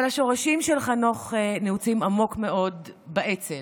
אבל השורשים של חנוך נעוצים עמוק מאוד באצ"ל.